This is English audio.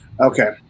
Okay